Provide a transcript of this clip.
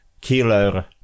killer